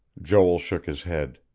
joel shook his head.